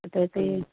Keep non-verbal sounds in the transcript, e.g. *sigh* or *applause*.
*unintelligible*